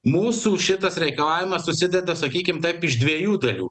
mūsų šitas reikalavimas susideda sakykim taip iš dviejų dalių